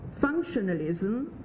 functionalism